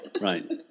right